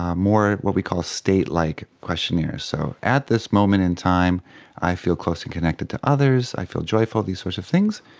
um more what we call state-like questionnaires. so at this moment in time i feel close and connected to others, i feel joyful, these sort of things.